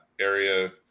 area